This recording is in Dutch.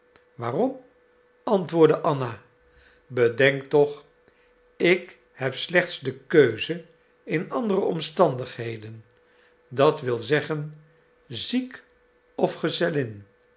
waarom antwoordde anna bedenk toch ik heb slechts de keuze in andere omstandigheden dat wil zeggen ziek of de gezellin